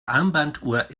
armbanduhr